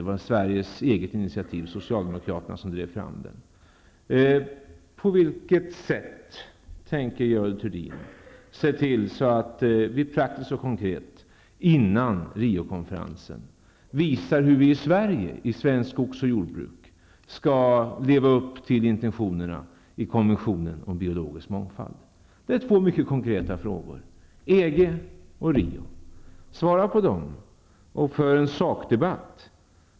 Den är ett svenskt initiativ, som drivits fram av socialdemokraterna. På vilket sätt tänker Görel Thurdin se till att vi praktiskt och konkret före Riokonferensen visar hur vi i Sverige i svenskt jord och skogsbruk skall leva upp till intentionerna i konventionen om biologisk mångfald? Det är två mycket konkreta frågor jag ställer, om EG och om Riokonferensen. Svara på dem och för en sakdebatt!